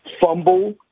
fumble